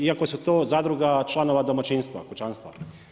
Iako su to zadruga članova domaćinstva, kućanstva.